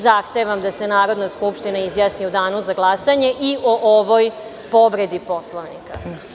Zahtevam da se Narodna skupština izjasni u danu za glasanje i o ovoj povredi Poslovnika.